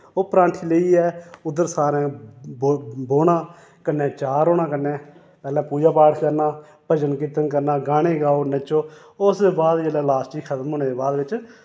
ओह् प्रोंठी लेइयै उद्दर सारें बो बौह्ना कन्नै चार होना कन्नै पैह्ले पूजा पाठ करना भजन कीर्तन करना गाने गाओ नच्चो उस दे बाद जिल्लै लास्ट च खत्म होने दे बाद बिच्च